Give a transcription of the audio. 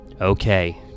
Okay